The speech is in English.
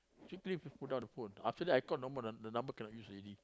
quickly he put down the phone after that I call no more the number cannot use already